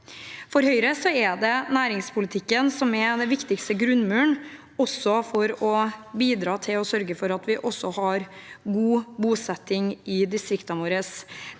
For Høyre er det næringspolitikken som er den viktigste grunnmuren for å bidra til å sørge for at vi har god bosetting i distriktene våre.